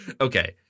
Okay